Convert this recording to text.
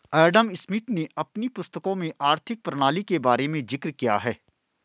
Adam Smith ने अपनी पुस्तकों में आर्थिक प्रणाली के बारे में जिक्र किया है